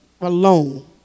alone